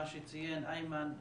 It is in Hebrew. מה שציין איימן,